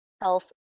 health